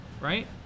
right